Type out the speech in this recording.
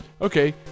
Okay